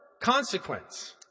consequence